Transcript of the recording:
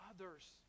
others